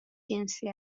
جنسی